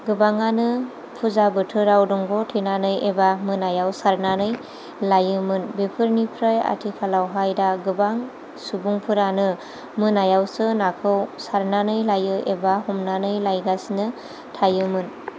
गोबाङानो फुजा बोथोराव दंग' थेनानै एबा मोनायाव सारनानै लायोमोन बेफोरनिफ्राय आथिखालावहाय दा गोबां सुबुंफोरानो मोनायावसो नाखौ सारनानै लायो एबा हमनानै लायगासिनो थायोमोन